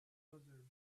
others